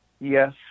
yes